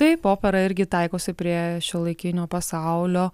taip opera irgi taikosi prie šiuolaikinio pasaulio